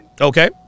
Okay